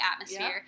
atmosphere